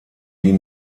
die